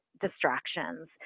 distractions